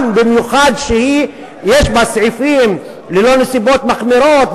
במיוחד שיש בה סעיפים "ללא נסיבות מחמירות",